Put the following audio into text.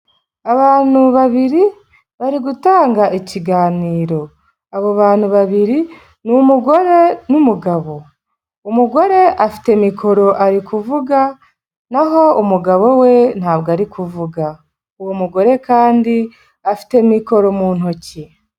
Abantu babiri bari gutanga ikiganiro, abo bantu babiri ni umugore n'umugabo, umugore afite mikoro ari kuvuga naho umugabo we ntabwo ari kuvuga, uwo mugore kandi afite amikoro mu ntoki.